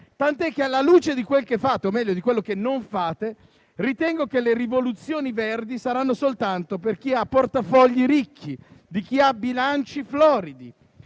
tant'è che, alla luce di quel che fate (o meglio di quello che non fate), ritengo che le rivoluzioni verdi saranno soltanto per chi ha portafogli ricchi e per chi ha bilanci floridi.